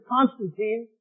Constantine